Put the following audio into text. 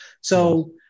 So-